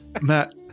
Matt